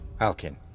Alkin